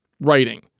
writing